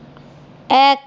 এক